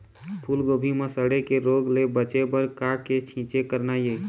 फूलगोभी म सड़े के रोग ले बचे बर का के छींचे करना ये?